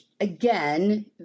again